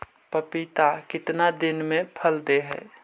पपीता कितना दिन मे फल दे हय?